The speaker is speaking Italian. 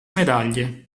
medaglie